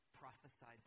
prophesied